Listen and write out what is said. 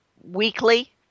weekly